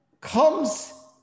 Comes